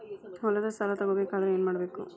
ಹೊಲದ ಸಾಲ ತಗೋಬೇಕಾದ್ರೆ ಏನ್ಮಾಡಬೇಕು?